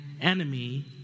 enemy